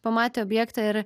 pamatę objektą ir